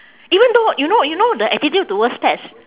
even though you know you know the attitude towards pets